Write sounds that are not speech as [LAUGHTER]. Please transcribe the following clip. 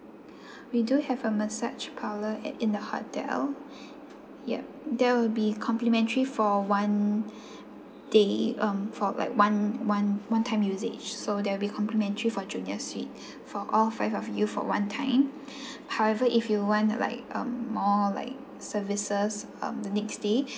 [BREATH] we do have a massage parlour at in the hotel [BREATH] yup there will be complementary for one [BREATH] day um for like one one one time usage so there'll be complimentary for junior suite [BREATH] for all five of you for one time [BREATH] however if you wanna like um more like services um the next day